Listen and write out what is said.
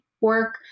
work